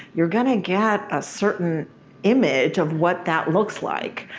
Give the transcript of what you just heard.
you're gonna get a certain image of what that looks like.